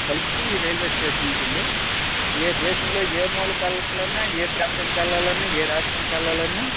కలుపుతూ ఈ railway station ఉంటుంది ఏ దేశంలో ఏ మూలకి వెళ్లాలన్నా ఏ ప్రాంతానికి వెళ్లాలన్నా ఏ రాష్ట్రానికి వెళ్లాలన్నా